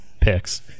picks